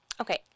Okay